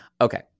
Okay